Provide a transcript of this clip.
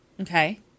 Okay